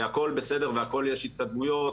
והכל בסדר, והכל יש התקדמויות.